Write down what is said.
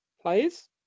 players